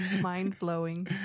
Mind-blowing